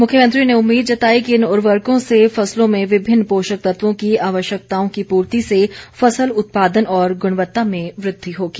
मुख्यमंत्री ने उम्मीद जताई कि इन उर्वरकों से फसलों में विभिन्न पोषक तत्वों की आवश्यकताओं की पूर्ति से फसल उत्पादन और गुणवत्ता में वृद्धि होगी